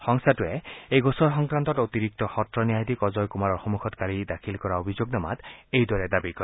সংস্বাটোৱে এই গোচৰ সংক্ৰান্তত অতিৰিক্ত সত্ৰ ন্যায়াধীশ অজয় কুমাৰৰ সন্মুখত কালি দাখিল কৰা অভিযোগনামাত এইদৰে দাবী কৰে